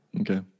Okay